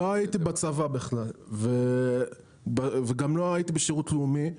לא הייתי בצבא וגם לא הייתי בשירות לאומי,